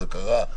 מה קרה,